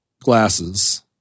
glasses